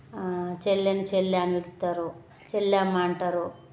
చెల్లెను చెల్లె అని పిలుస్తారు చెల్లెమ్మ అంటారు